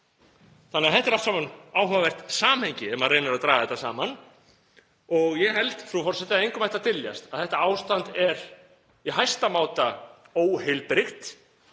Þetta er allt saman áhugavert samhengi ef maður reynir að draga þetta saman og ég held, frú forseti, að engum ætti að dyljast að þetta ástand er í hæsta máta óheilbrigt.